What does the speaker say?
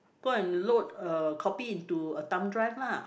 go and load a copy into a thumb drive lah